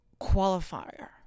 qualifier